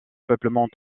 peuplement